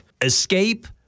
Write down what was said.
Escape